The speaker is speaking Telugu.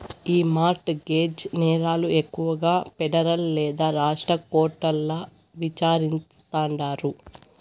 ఈ మార్ట్ గేజ్ నేరాలు ఎక్కువగా పెడరల్ లేదా రాష్ట్ర కోర్టుల్ల విచారిస్తాండారు